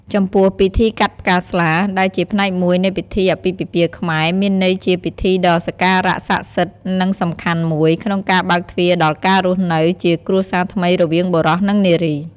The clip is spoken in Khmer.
ចំពោះ ពិធីកាត់ផ្កាស្លា ដែលជាផ្នែកមួយនៃពិធីអាពាហ៍ពិពាហ៍ខ្មែរ មានន័យជាពិធីដ៏សក្ការៈសក្កសិទ្ធិ និងសំខាន់មួយ ក្នុងការបើកទ្វារដល់ការរស់នៅជាគ្រួសារថ្មីរវាងបុរសនិងនារី។